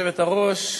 גברתי היושבת-ראש,